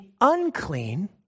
unclean